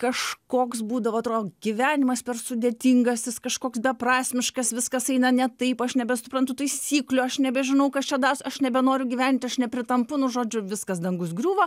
kažkoks būdavo atrodo gyvenimas per sudėtingas jis kažkoks beprasmiškas viskas eina ne taip aš nebesuprantu taisyklių aš nebežinau kas čia daros aš nebenoriu gyventi aš nepritampu nu žodžiu viskas dangus griūva